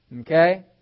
Okay